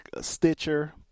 Stitcher